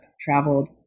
traveled